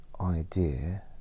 idea